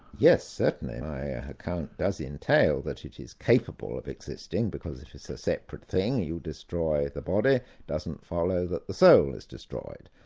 yes, certainly, my account does entail that it is capable of existing because it is a separate thing. you destroy the body it doesn't follow that the soul is destroyed.